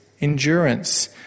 endurance